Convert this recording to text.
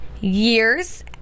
years